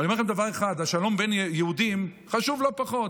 ואני אומר לכם דבר אחד: השלום בין יהודים חשוב לא פחות,